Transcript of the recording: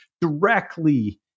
directly